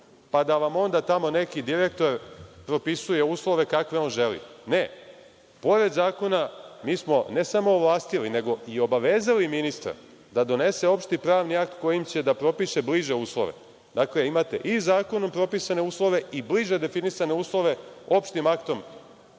pa da vam onda tamo neki direktor propisuje uslove kakve on želi. Ne, pored zakona mi smo, ne samo ovlastili, nego i obavezali ministra da donese opšti pravni akt kojim će da propiše bliže uslove. Dakle, imate i zakonom propisane uslove i bliže definisane uslove opštim aktom